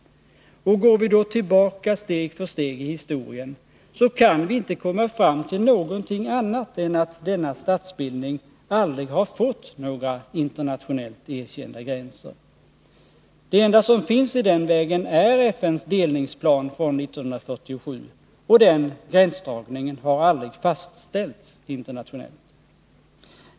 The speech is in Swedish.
Och går vi då tillbaka steg för stegi historien, så kan vi inte komma fram till någonting annat än att denna statsbildning aldrig har fått några internationellt erkända gränser. Det enda som finns i den vägen är FN:s delningsplan från 1947, och den gränsdragningen har aldrig fastställts internationellt.